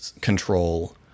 control